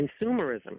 consumerism